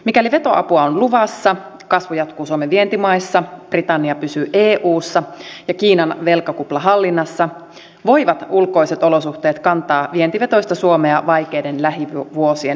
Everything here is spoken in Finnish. mikäli vetoapua on luvassa kasvu jatkuu suomen vientimaissa britannia pysyy eussa ja kiinan velkakupla hallinnassa voivat ulkoiset olosuhteet kantaa vientivetoista suomea vaikeiden lähivuosien ylitse